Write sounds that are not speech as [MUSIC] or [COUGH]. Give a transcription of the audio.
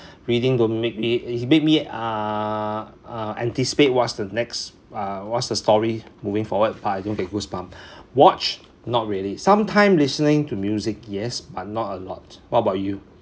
reading don't make me make me uh uh anticipate what's the next uh what's the story moving forward but I don't get goosebumps [BREATH] watch not really some time listening to music yes but not a lot what about you